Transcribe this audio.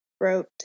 wrote